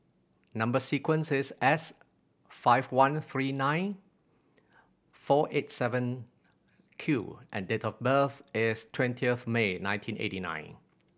number sequence is S five one three nine four eight seven Q and date of birth is twentieth May nineteen eighty nine